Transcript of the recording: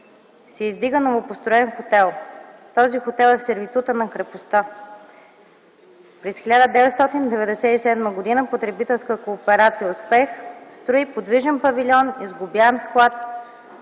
се издига новопостроен хотел. Този хотел е в сервитута на крепостта. През 1997 г. Потребителска кооперация „Успех” строи подвижен павилион и сглобяем склад,